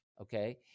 Okay